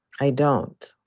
i don't